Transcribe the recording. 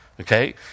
Okay